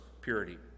purity